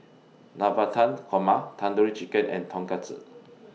Navratan Korma Tandoori Chicken and Tonkatsu